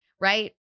right